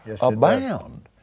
abound